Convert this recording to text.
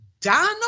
Donald